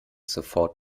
sofort